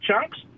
chunks